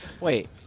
Wait